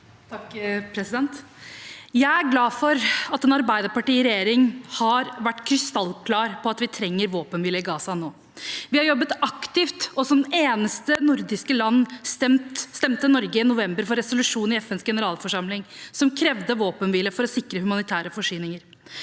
Jeg er glad for at en arbeiderpartiregjering har vært krystallklar på at vi trenger våpenhvile i Gaza nå. Vi har jobbet aktivt, og som eneste nordiske land stemte Norge i november for resolusjonen i FNs generalforsamling som krevde våpenhvile for å sikre humanitære forsyninger.